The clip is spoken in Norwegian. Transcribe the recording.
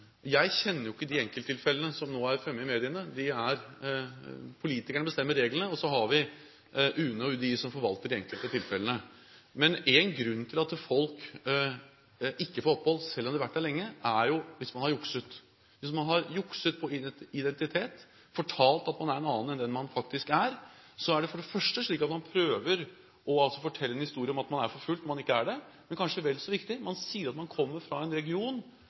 Jeg kjenner ikke de enkeltilfellene som nå er framme i mediene. Politikerne bestemmer reglene, og så har vi UNE og UDI som forvalter de enkelte tilfellene. Men en grunn til at folk ikke får opphold selv om de har vært her lenge, er at man har jukset. Hvis man har jukset på identitet, fortalt at man er en annen enn den man faktisk er, kan det for det første være slik at man prøver å fortelle en historie om at man er forfulgt når man ikke er det, men kanskje vel så viktig, at man sier man kommer fra en region